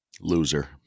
Loser